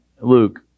Luke